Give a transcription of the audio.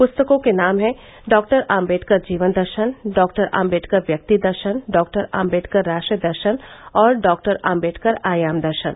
पुस्तकों के नाम हैं डॉक्टर आम्बेडकर जीवन दर्शन डॉक्टर अम्बेडकर व्यक्ति दर्शन डॉक्टर आम्बेडकर राष्ट्र दर्शन और डॉक्टर आम्बेडकर आयाम दर्शन